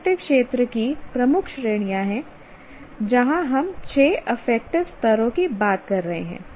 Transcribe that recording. affective क्षेत्र की प्रमुख श्रेणियां हैं जहां हम छह अफेक्टिव स्तरों की बात कर रहे हैं